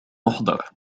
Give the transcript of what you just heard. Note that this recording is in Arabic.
أحضر